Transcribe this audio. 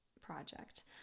project